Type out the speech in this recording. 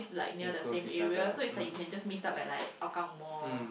like near the same area so it's like you can just meet up at like Hougang Mall